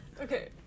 Okay